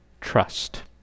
trust